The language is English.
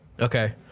okay